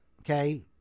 Okay